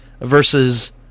versus